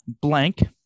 blank